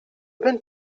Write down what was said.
been